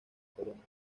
corona